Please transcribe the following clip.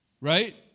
Right